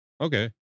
okay